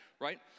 Right